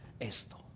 esto